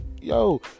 yo